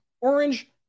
orange